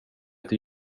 till